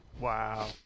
Wow